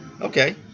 okay